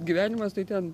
gyvenimas tai ten